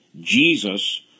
Jesus